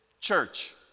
Church